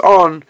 on